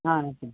ஆ okay